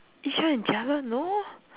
ishan and jia-le no lah